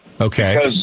Okay